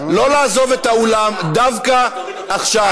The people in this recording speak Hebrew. לא לעזוב את האולם דווקא עכשיו.